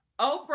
Oprah